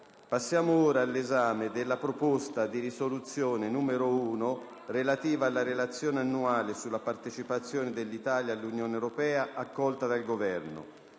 Passiamo ora all'esame della proposta di risoluzione n. 1, relativa alla Relazione annuale sulla partecipazione dell'Italia all'Unione Europea, accolta dal Governo.